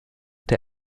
der